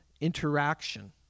interaction